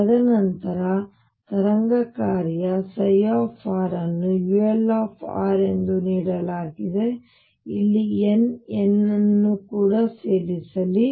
ತದನಂತರ ತರಂಗ ಕಾರ್ಯ ψ ಅನ್ನು ulr ಎಂದು ನೀಡಲಾಗಿದೆ ಇಲ್ಲಿ n n ಅನ್ನು ಕೂಡ ಸೇರಿಸಲಿ